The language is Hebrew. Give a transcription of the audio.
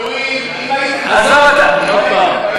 במילואים, אם הייתם, עזוב, אתה, עוד פעם.